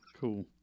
cool